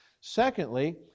secondly